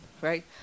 right